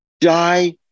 die